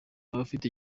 abafite